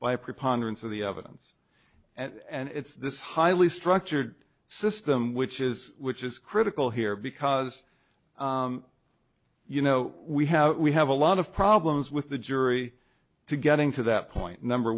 by a preponderance of the evidence and it's this highly structured system which is which is critical here because you know we have we have a lot of problems with the jury to getting to that point number